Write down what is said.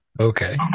Okay